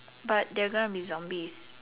but they are gonna be zombie